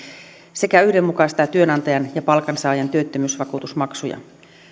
sekä yhdenmukaistaa työnantajan ja palkansaajan työttömyysvakuutusmaksuja